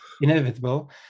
inevitable